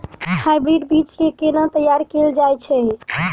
Hybrid बीज केँ केना तैयार कैल जाय छै?